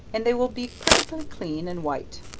and they will be perfectly clean and white.